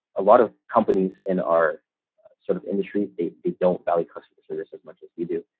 a lot of companies in our sort of industry they they don't value customer service. as much as we do,